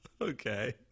Okay